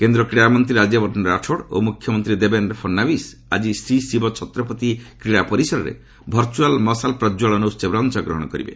କେନ୍ଦ୍ର କ୍ରୀଡ଼ାମନ୍ତ୍ରୀ ରାଜ୍ୟବର୍ଦ୍ଧନ ରାଠୋଡ୍ ଓ ମୁଖ୍ୟମନ୍ତ୍ରୀ ଦେବେନ୍ଦ୍ର ଫଡ଼ନାବିଶ୍ ଆଜି ଶ୍ରୀ ଶିବ ଛତ୍ରପତି କ୍ରୀଡ଼ା ପରିସରରେ ଭର୍ଚୁଆଲ୍ ମଶାଲ୍ ପ୍ରକ୍ୱଳନ ଉତ୍ସବରେ ଅଂଶଗ୍ରହଣ କରିବେ